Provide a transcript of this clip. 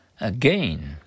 Again